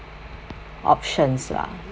options lah